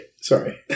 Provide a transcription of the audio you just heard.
sorry